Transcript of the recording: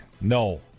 No